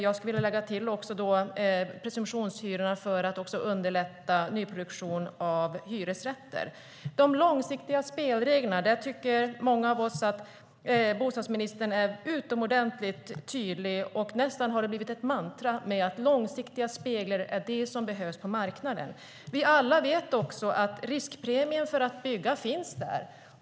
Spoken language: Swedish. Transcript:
Jag skulle också vilja lägga till presumtionshyrorna för att underlätta nyproduktion av hyresrätter. När det gäller de långsiktiga spelreglerna tycker många av oss att bostadsministern är utomordentligt tydlig. Det har nästan blivit ett mantra att långsiktiga spelregler är det som behövs på marknaden. Vi vet alla att riskpremien för att bygga finns där.